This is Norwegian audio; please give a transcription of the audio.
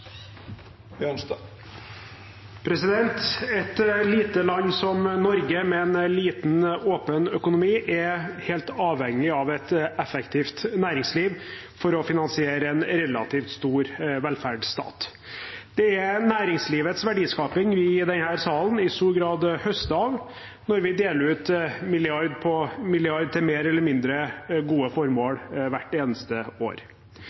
Et lite land som Norge med en liten, åpen økonomi er helt avhengig av et effektivt næringsliv for å finansiere en relativt stor velferdsstat. Det er næringslivets verdiskaping vi i denne salen i stor grad høster av, når vi deler ut milliard på milliard til mer eller mindre gode formål hvert eneste år.